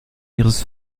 ihres